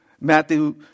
Matthew